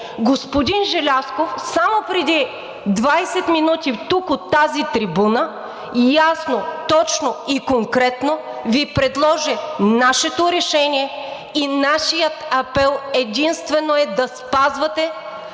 господин Желязков само преди 20 минути тук, от тази трибуна, ясно, точно и конкретно Ви предложи нашето решение и нашият апел е единствено да спазвате